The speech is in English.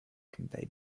convey